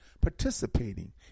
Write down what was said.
participating